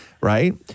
Right